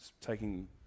taking